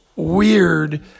weird